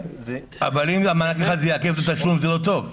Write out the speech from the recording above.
אבל אם מענק אחד יעכב את התשלום זה לא טוב.